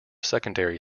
secondary